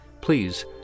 please